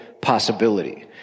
possibility